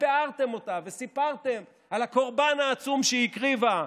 ופיארתם אותה וסיפרתם על הקורבן העצום שהיא הקריבה,